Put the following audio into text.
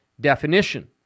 definition